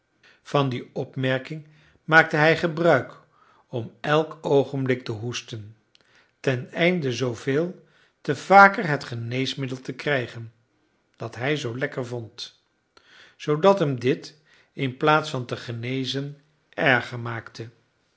van die opmerking maakte hij gebruik om elk oogenblik te hoesten teneinde zooveel te vaker het geneesmiddel te krijgen dat hij zoo lekker vond zoodat hem dit inplaats van te genezen erger maakte